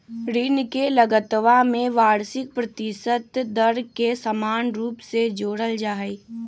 ऋण के लगतवा में वार्षिक प्रतिशत दर के समान रूप से जोडल जाहई